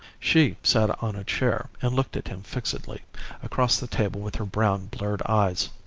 she sat on a chair and looked at him fixedly across the table with her brown, blurred eyes.